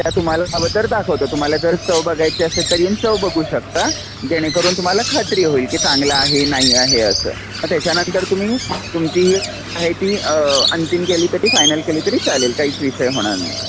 त्या तुम्हाला हवं तर दाखवतो तुम्हाला जर चव बघायची असेल तरी येऊन चव बघू शकता जेणेकरून तुम्हाला खात्री होईल की चांगलं आहे नाही आहे असं त्याच्यानंतर तुम्ही तुमची आहे ती अंतिम केली तरी फायनल केली तरी चालेल काहीच विषय होणार नाही